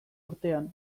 urtean